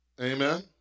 Amen